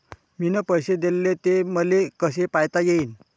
मिन पैसे देले, ते मले कसे पायता येईन?